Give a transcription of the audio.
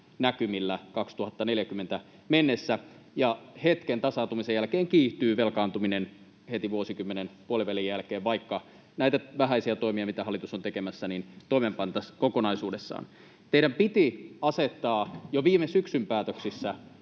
näkymillä vuoteen 2040 mennessä ja hetken tasaantumisen jälkeen velkaantuminen kiihtyy heti vuosikymmenen puolivälin jälkeen, vaikka näitä vähäisiä toimia, mitä hallitus on tekemässä, toimeenpantaisiin kokonaisuudessaan. Teidän piti asettaa jo viime syksyn päätöksissä